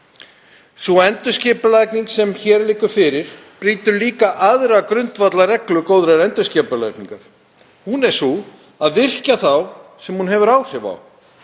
Sú endurskipulagning sem hér liggur fyrir brýtur líka aðra grundvallarreglu góðrar endurskipulagningar. Hún er sú að virkja þá sem hún hefur áhrif á.